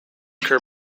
occur